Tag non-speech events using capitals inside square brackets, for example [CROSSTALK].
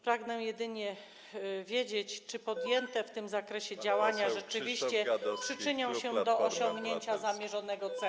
Pragnę jedynie dowiedzieć się, czy podjęte w tym zakresie [NOISE] działania rzeczywiście przyczynią się do osiągnięcia zamierzonego celu.